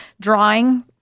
drawing